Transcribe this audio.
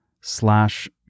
slash